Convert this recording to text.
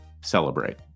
celebrate